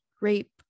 rape